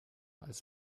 als